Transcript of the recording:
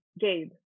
Gabe